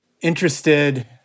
interested—